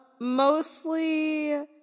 Mostly